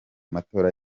matora